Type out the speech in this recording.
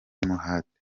umuhate